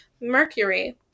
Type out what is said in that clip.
Mercury